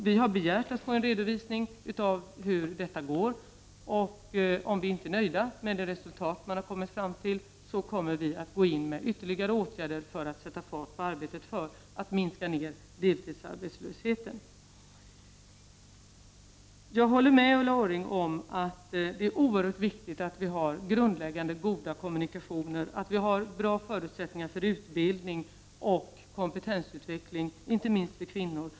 Vi har begärt att få en redovisning av hur detta går, och om vi inte är nöjda med det resultat man har kommit fram till, kommer vi att gå in med ytterligare åtgärder för att sätta fart på arbetet med att minska ner deltidsarbetslösheten. Jag håller med Ulla Orring om att det är oerhört viktigt att vi har grundläggande goda kommunikationer, att vi har bra förutsättningar för utbildning och kompetensutveckling, inte minst för kvinnor.